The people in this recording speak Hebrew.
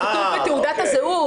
הוא כתוב בתעודת הזהות.